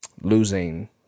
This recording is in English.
losing